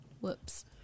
Whoops